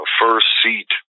first-seat